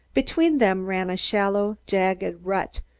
between them ran a shallow, jagged rut,